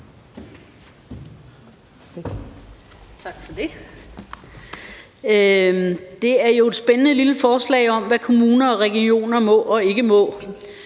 Tak for det. Det er jo et spændende lille forslag om, hvad kommuner og regioner må og ikke må,